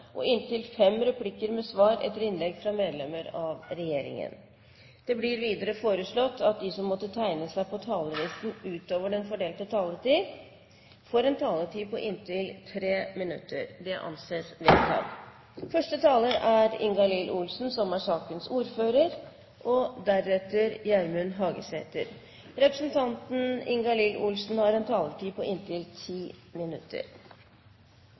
på inntil tre replikker med svar etter innlegg fra partienes hovedtalere og inntil fem replikker med svar etter innlegg fra medlemmer av regjeringen innenfor den fordelte taletid. Videre blir det foreslått at de som måtte tegne seg på talerlisten utover den fordelte taletid, får en taletid på inntil 3 minutter. – Det anses vedtatt.